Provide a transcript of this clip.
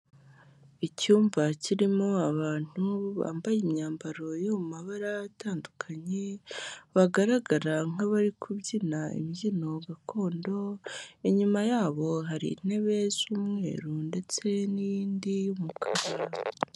Icyumba kirimo abantu bambaye imyambaro yo mu mabara atandukanye, bagaragara nk'abari kubyina imbyino gakondo, inyuma yabo hari intebe z'umweru ndetse n'iyindi y'umukara.